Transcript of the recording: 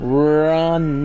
run